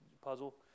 puzzle